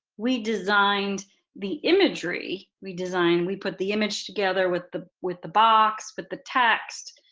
we designed the imagery. we designed we put the image together with the with the box, with the text,